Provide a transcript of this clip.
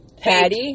patty